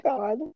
God